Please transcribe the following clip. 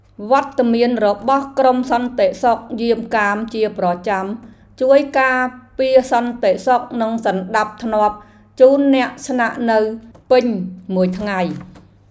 វត្តមានរបស់ក្រុមសន្តិសុខយាមកាមជាប្រចាំជួយការពារសន្តិសុខនិងសណ្តាប់ធ្នាប់ជូនអ្នកស្នាក់នៅពេញមួយថ្ងៃ។